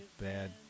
bad